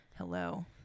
hello